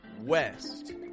west